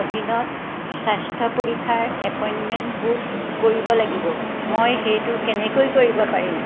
অধীনত স্বাস্থ্য পৰীক্ষাৰ এপইণ্টমেণ্ট বুক কৰিব লাগিব মই সেইটো কেনেকৈ কৰিব পাৰিম